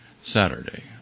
Saturday